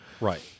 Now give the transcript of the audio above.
Right